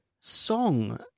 song